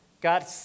God